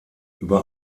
über